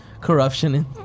corruption